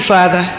Father